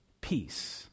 Peace